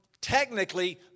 technically